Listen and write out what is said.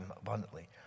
abundantly